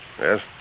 Yes